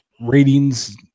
ratings